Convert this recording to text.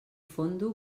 fondo